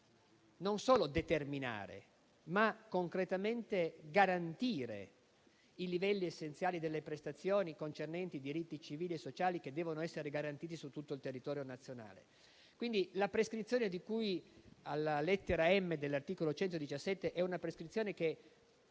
non solo determinare, ma concretamente garantire i livelli essenziali delle prestazioni concernenti i diritti civili e sociali, che devono essere garantiti su tutto il territorio nazionale. Quindi la prescrizione di cui alla lettera *m*) dell'articolo 117 impegna il